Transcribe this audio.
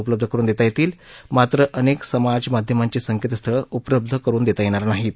उपलब्ध करुन देता येतील मात्र अनेक समाजमाध्यमांची संकेतस्थळं उपलब्ध करुन देता येणार नाहीत